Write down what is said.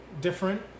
different